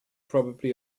probably